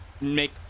make